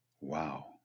wow